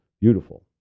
beautiful